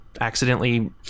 accidentally